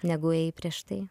negu ėjai prieš tai